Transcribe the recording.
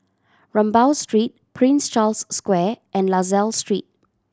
Rambau Street Prince Charles Square and La Salle Street